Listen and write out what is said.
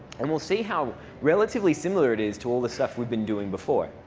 and we'll see how relatively similar it is to all the stuff we've been doing before.